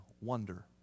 wonder